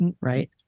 right